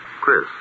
Chris